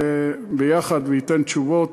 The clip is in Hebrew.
יהיה ביחד וייתן תשובות.